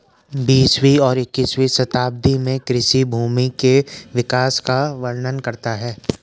बीसवीं और इक्कीसवीं शताब्दी में कृषि भूमि के विकास का वर्णन करता है